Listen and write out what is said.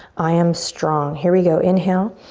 i am strong. here we go, inhale.